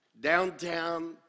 downtown